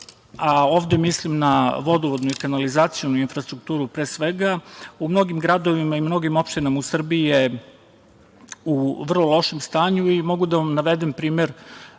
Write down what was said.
ovde mislim na vodovodnu i kanalizacionu infrastrukturu pre svega, u mnogim gradovima i mnogim opštinama u Srbiji je u vrlo lošem stanju i mogu da vam navedem primer